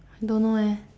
don't know leh